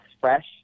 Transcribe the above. fresh